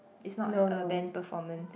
it's not a band performance